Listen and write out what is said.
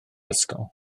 ysgol